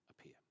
appear